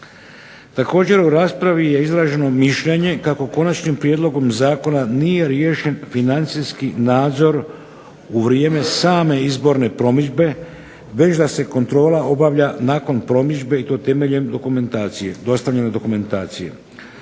Također u raspravi je izraženo mišljenje kako konačnim prijedlogom zakona nije riješen financijski nadzor u vrijeme same izborne promidžbe već da se kontrola obavlja nakon promidžbe i temeljem dostavljene dokumentacije.